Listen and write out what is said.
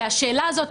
והשאלה הזאת,